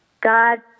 God